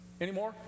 anymore